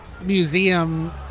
Museum